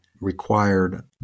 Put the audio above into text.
required